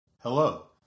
Hello